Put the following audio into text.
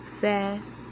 fast